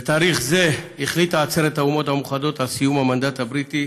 בתאריך זה החליטה עצרת האומות המאוחדות על סיום המנדט הבריטי